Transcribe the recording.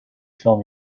fill